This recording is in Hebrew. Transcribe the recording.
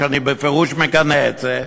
ואני בפירוש מגנה את זה,